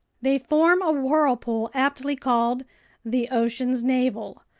they form a whirlpool aptly called the ocean's navel,